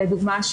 לדוגמה,